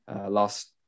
last